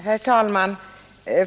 Herr talman!